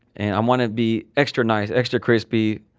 and i want to be extra nice, extra crispy,